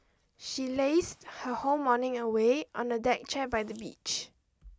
she lazed her whole morning away on a deck chair by the beach